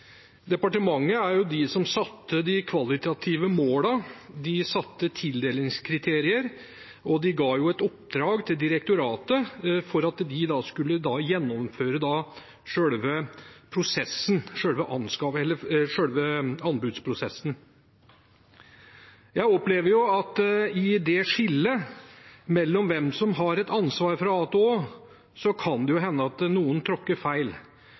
departementet som satte de kvalitative målene. De satte tildelingskriterier, og de ga et oppdrag til direktoratet for at de skulle gjennomføre selve anbudsprosessen. Jeg opplever at i skillet mellom hvem som har et ansvar fra a til å, kan det hende at noen trår feil.